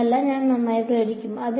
ഒന്നല്ല ഞാൻ നന്നായി പ്രേരിപ്പിക്കും